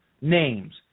names